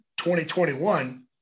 2021